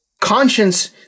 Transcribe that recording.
conscience